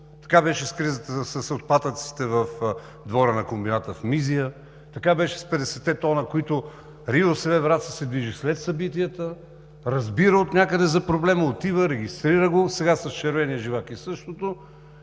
така беше с кризата с отпадъците в двора на комбината в Мизия, така беше с 50-те тона, за които РИОСВ – Враца, се движи след събития – разбира от някъде за проблема, отива, регистрира го. Сега с червения живак е същото.